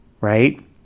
right